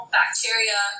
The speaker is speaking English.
bacteria